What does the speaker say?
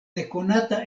nekonata